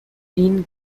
این